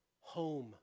home